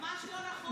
ממש לא נכון.